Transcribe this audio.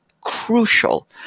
crucial